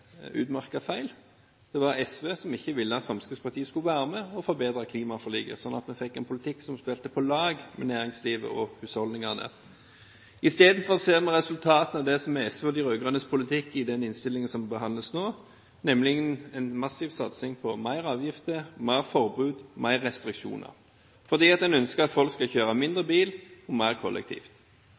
er feil. Det var SV som ikke ville at Fremskrittspartiet skulle være med på å forbedre klimaforliket – slik at vi kunne ha fått en politikk som spilte på lag med næringslivet og husholdningene. I stedet ser vi resultatet av det som er SV og de rød-grønnes politikk i den innstillingen som behandles nå, nemlig en massiv satsing på mer avgifter, mer forbud og mer restriksjoner – fordi man ønsker at folk skal kjøre mindre bil og mer kollektivt.